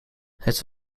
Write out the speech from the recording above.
het